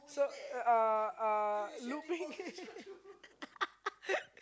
so uh uh